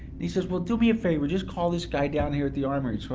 and he says, well, do me a favor just call this guy down here at the armory. so